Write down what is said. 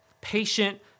patient